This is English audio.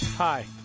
Hi